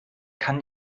kann